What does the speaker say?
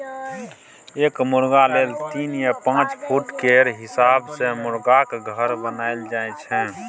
एक मुरगा लेल तीन या पाँच फुट केर हिसाब सँ मुरगाक घर बनाएल जाइ छै